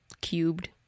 cubed